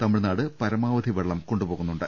തമിഴ്നാട് പരമാവധി വെള്ളം കൊണ്ടുപോകുന്നുണ്ട്